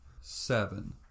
seven